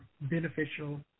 beneficial